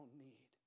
need